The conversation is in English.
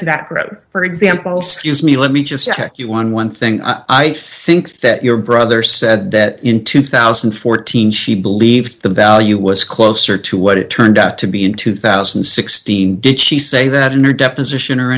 to that growth for example scuse me let me just check you eleven thing i think that your brother said that in two thousand and fourteen she believed the value was closer to what it turned out to be in two thousand and sixteen did she say that in your deposition or